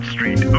Street